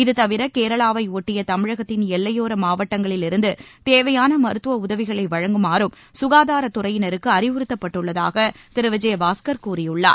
இதுதவிர கேரளாவை ஒட்டிய தமிழகத்தின் எல்லையோர மாவட்டங்களிலிருந்து தேவையான மருத்துவ உதவிகளை வழங்குமாறும் கனதாரத் துறையினருக்கு அறிவுறுத்தப்பட்டுள்ளதாக திரு விஜயபாஸ்கர் கூறியுள்ளார்